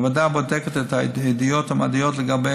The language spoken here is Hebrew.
הוועדה בודקת את העדויות המדעיות לגבי